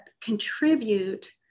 contribute